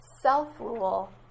self-rule